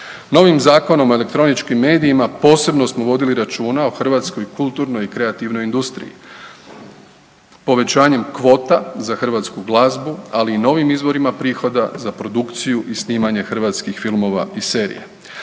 Novim Zakonom o elektroničkim medijima posebno smo vodili računa o Hrvatskoj kulturnoj i kreativnoj industriji povećanjem kvota za hrvatsku glazbu, ali i novim izvorima prihoda za produkciju i snimanje hrvatskih filmova i serija.